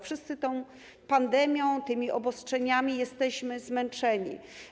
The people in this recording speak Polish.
Wszyscy tą pandemią, tymi obostrzeniami jesteśmy zmęczeni.